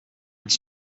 its